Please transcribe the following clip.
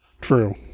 True